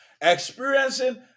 experiencing